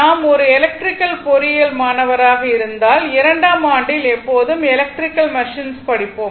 நாம் ஒரு எலக்ட்ரிக்கல் பொறியியல் மாணவராக இருந்தால் இரண்டாம் ஆண்டில் எப்போதும் எலக்ட்ரிக்கல் மெஷின்ஸ் படிப்போம்